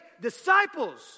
disciples